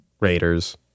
Raiders